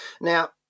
Now-